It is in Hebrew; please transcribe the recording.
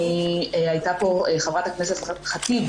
הייתה פה חברת הכנסת ח'טיב,